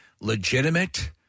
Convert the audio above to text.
legitimate